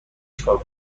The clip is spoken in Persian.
چیکار